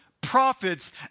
prophets